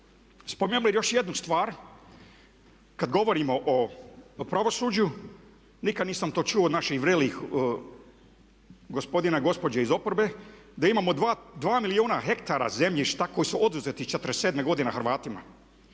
Spomenuo bih još jednu stvar, kad govorimo o pravosuđu nikad to nisam čuo od naših vrelih gospodina i gospođe iz oporbe da imamo 2 milijuna ha zemljišta koji su oduzeti 47-e godine Hrvatima.